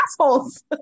assholes